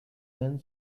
then